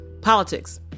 politics